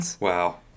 Wow